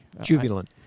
Jubilant